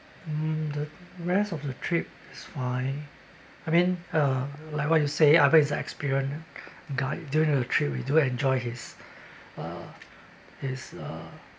mm the rest of the trip is fine I mean uh like what you say ivan is a experienced guide during the trip we do enjoy his uh his uh